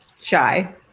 shy